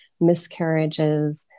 miscarriages